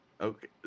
Okay